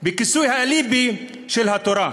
בכיסוי האליבי של התורה.